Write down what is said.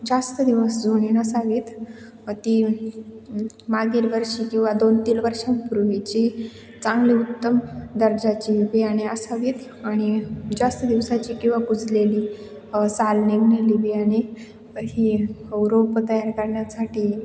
जास्त दिवस जुनी नसावीत ती मागील वर्षी किंवा दोन तीन वर्षांपूर्वीची चांगली उत्तम दर्जाची बियाणे असावीत आणि जास्त दिवसाची किंवा कुजलेली साल निघलेली बियाणे ही रोपं तयार करण्यासाठी